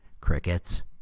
crickets